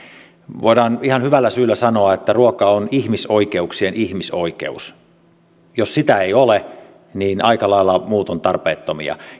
voidaan ihan hyvällä syyllä sanoa että ruoka on ihmisoikeuksien ihmisoikeus jos sitä ei ole niin aika lailla muut ovat tarpeettomia